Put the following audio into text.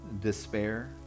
despair